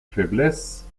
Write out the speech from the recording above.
faiblesse